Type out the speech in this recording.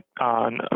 on